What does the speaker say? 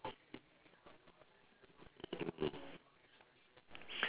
mmhmm